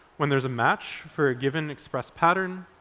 when there's a match for a given express pattern,